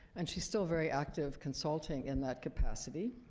and she's still very active consulting in that capacity.